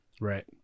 Right